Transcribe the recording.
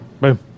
Boom